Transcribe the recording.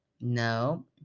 No